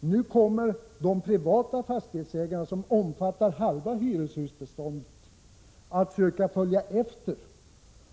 Nu kommer de privata fastighetsägarna att försöka följa efter